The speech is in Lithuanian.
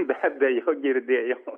be abejo girdėjau